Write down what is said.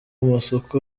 amasoko